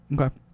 okay